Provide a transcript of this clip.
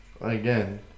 again